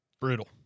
Brutal